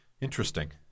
Interesting